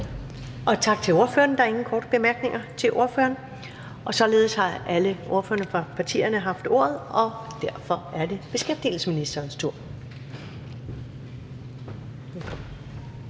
Tak til ordføreren. Der er ingen korte bemærkninger til ordføreren. Og således har alle ordførerne for partierne haft ordet, og derfor er det beskæftigelsesministerens tur.